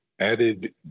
Added